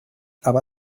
aber